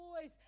boys